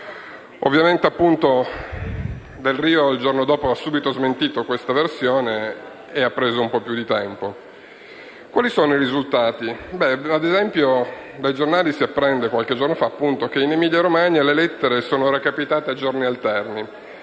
Ovviamente Delrio, il giorno dopo, ha subito smentito questa versione e ha preso un po' più di tempo. Quali sono i risultati? Ad esempio, dai giornali abbiamo appreso qualche giorno fa che in Emilia-Romagna le lettere sono recapitate a giorni alterni